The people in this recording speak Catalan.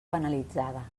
penalitzada